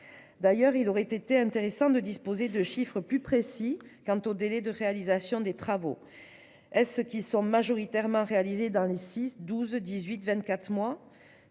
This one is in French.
D'ailleurs, il aurait été intéressant de disposer de chiffres plus précis quant aux délais de réalisation des travaux. Est-ce qu'ils sont majoritairement réalisés dans un délai de 6, 12, 18 ou 24 mois ?